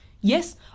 yes